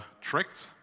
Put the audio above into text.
tricked